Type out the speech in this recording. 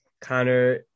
Connor